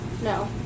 No